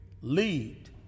lead